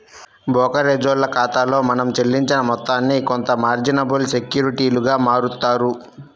బోకరేజోల్ల ఖాతాలో మనం చెల్లించిన మొత్తాన్ని కొంత మార్జినబుల్ సెక్యూరిటీలుగా మారుత్తారు